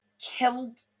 killed